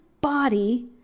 body